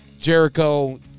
Jericho